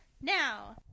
Now